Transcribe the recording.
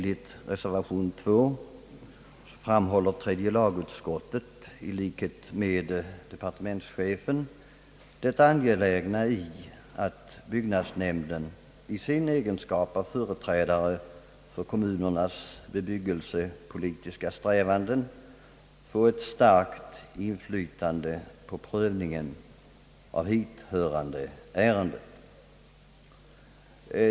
I detta avsnitt framhåller tredje lagutskottet i likhet med departementschefen det angelägna i att byggnadsnämnderna i sin egenskap av företrä dare för kommunernas bebyggelsepolitiska strävanden får ett starkt inflytande på prövningen av hithörande ärenden.